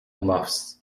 bluffs